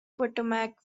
potomac